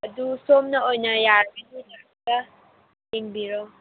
ꯑꯗꯨ ꯁꯣꯝꯅ ꯑꯣꯏꯅ ꯌꯥꯔꯒꯗꯤ ꯂꯥꯛꯑꯒ ꯌꯦꯡꯕꯤꯔꯣ